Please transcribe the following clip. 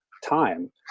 time